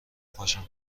پاشم